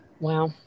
Wow